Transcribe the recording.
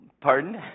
pardon